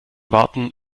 warten